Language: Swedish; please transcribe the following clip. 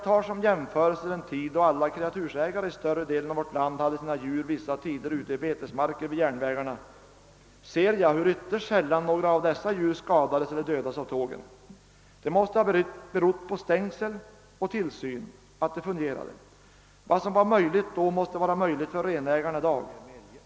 Under den tid, när alla kreatursägare i större delen av vårt land hade sina djur vissa tider ute i betesmarker vid järnvägarna, blev ytterst sällan några av dessa djur skadade eller dödade av tågen. Det måste ha berott på stängsel och tillsyn att det fungerade. Vad som var möjligt då måste vara möjligt för renägarna i dag.